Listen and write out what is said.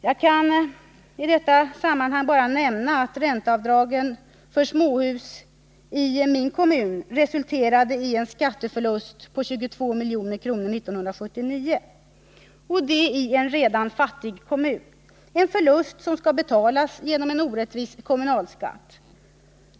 Jag kan i detta sammanhang bara nämna att ränteavdragen för småhus i min kommun resulterade i en skatteförlust på 22 milj.kr. för 1979, och det i en redan fattig kommun — en förlust som skall betalas genom en orättvis kommunalskatt.